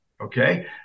Okay